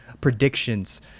Predictions